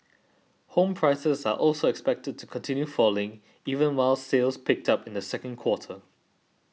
home prices are also expected to continue falling even while sales picked up in the second quarter